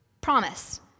Promise